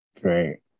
Great